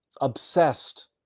obsessed